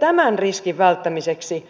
tämän riskin välttämiseksi